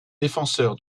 défenseur